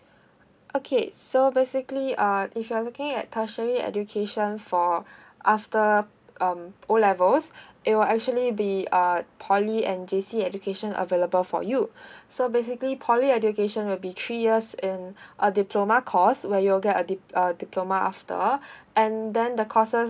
okay so basically err if you're looking at tertiary education for after um O levels it will actually be uh poly and J_C education available for you so basically poly education will be three years in a diploma course where you will get a dip a diploma after and then the courses